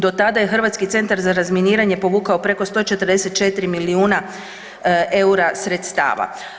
Do tada je Hrvatski centar za razminiranje povukao preko 144 milijuna eura sredstava.